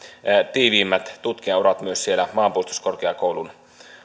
tiiviimmät tutkijanurat myös siellä maanpuolustuskorkeakoulun